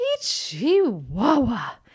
Chihuahua